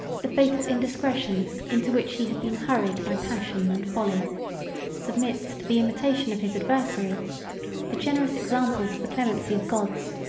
the fatal indiscretion into which he had been hurried by passion and folly submits to the imitation of his adversary the generous examples of the clemency of gods,